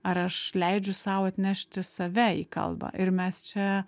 ar aš leidžiu sau atnešti save į kalbą ir mes čia